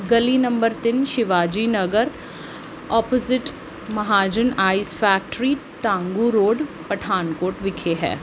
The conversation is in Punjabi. ਗਲੀ ਨੰਬਰ ਤਿੰਨ Shivaji Nagar opposite Mahajan ice factory Dhangu road Pathankot ਵਿਖੇ ਹੈ